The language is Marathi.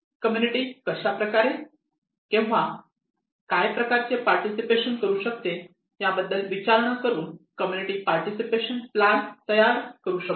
कम्युनिटी कशाप्रकारे केव्हा काय प्रकारचे पार्टिसिपेशन करू शकते याबद्दल विचारणा करून कम्युनिटी पार्टिसिपेशन प्लॅन तयार करू शकतो